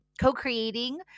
co-creating